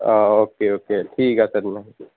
অঁ okay okay ঠিক আছে তেনেহ'লে